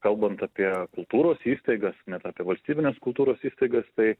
kalbant apie kultūros įstaigas net apie valstybines kultūros įstaigas tai